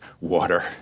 water